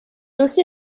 aussi